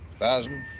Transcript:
thousand,